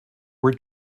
were